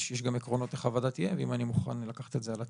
יש גם עקרונות איך הוועדה תהיה ואם אני מוכן לקחת את זה על עצמי.